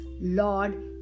Lord